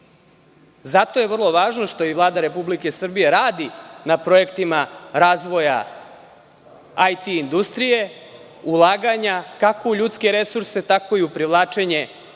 Zato je vrlo važno što Vlada Republike Srbije radi na projektima razvoja IT industrije, ulaganja kako u ljudske resurse, tako i u privlačenje